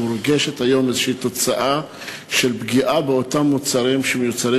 מורגשת היום איזו פגיעה באותם מוצרים שמיוצרים